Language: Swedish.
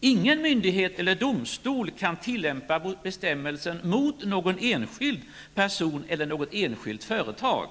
Ingen myndighet eller domstol kan tillämpa bestämmelsen mot någon enskild person eller något enskilt företag.